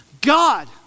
God